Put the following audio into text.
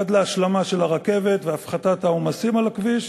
עד להשלמה של הרכבת והפחתת העומסים על הכביש,